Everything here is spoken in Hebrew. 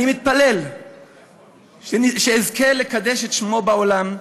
אני מתפלל שאזכה לקדש את שמו בעולם,